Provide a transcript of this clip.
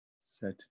set